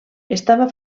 estava